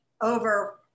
over